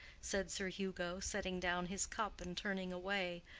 said sir hugo, setting down his cup and turning away,